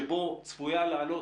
שבו צפויה לעלות,